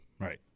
Right